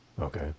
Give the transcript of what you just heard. Okay